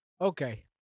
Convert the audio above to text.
Okay